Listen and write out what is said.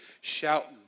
shouting